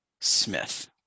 Smith